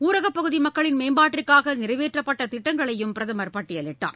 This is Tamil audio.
ஊரகப்பகுதிமக்களின் மேம்பாட்டிற்காகநிறைவேற்றப்பட்டதிட்டங்களையும் பிரதமர் பட்டியலிட்டார்